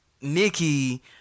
Nikki